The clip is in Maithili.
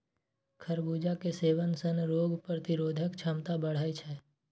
खरबूजा के सेवन सं रोग प्रतिरोधक क्षमता बढ़ै छै